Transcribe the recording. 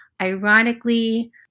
ironically